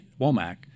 Womack